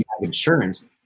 insurance